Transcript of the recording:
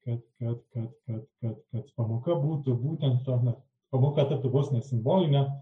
kad kad kad kad kad pamoka būtų būtent tame pamoka taptų vos ne simboline